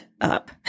up